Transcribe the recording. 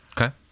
okay